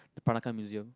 the Peranakan Museum